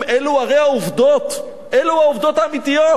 אלו הרי העובדות, אלו העובדות האמיתיות.